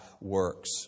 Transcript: works